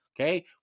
Okay